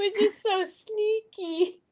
was just so sneaky.